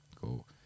cool